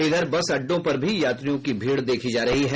इधर बस अड्डों पर भी यात्रियों की भीड़ देखी जा रही है